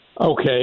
okay